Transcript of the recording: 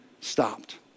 stopped